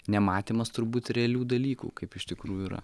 nematymas turbūt realių dalykų kaip iš tikrųjų yra